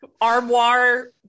armoire